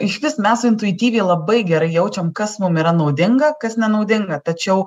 išvis mes intuityviai labai gerai jaučiam kas mum yra naudinga kas nenaudinga tačiau